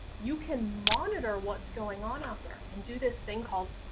you can monitor what's going on out there and do this thing called.